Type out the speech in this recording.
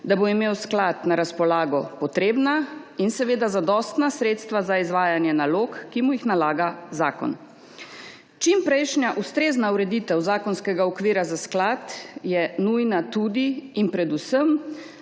da bo imel sklad na razpolago potrebna in seveda zadostna sredstva za izvajanje nalog, ki mu jih nalaga zakon. Čimprejšnja ustrezna ureditev zakonskega okvira za sklad je nujna tudi in predvsem